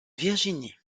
virginie